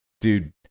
dude